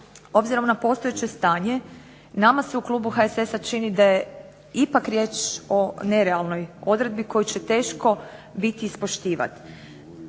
Obzirom na postojeće stanje, nama se u klubu HSS-a čini da je ipak riječ o nerealnoj odredbi koju će teško biti ispoštivati.